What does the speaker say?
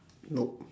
nope